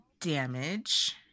damage